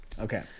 Okay